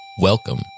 Welcome